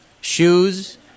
Shoes